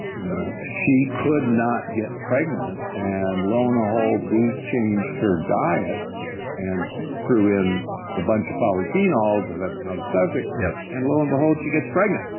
you know she could not get pregnant and lo and behold we changed her diet and threw in a bunch of polyphenols, but that's another subject, yeah and lo and behold, she gets pregnant.